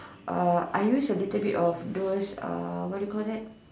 uh I use a little bit of those uh what do you call that